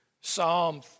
Psalm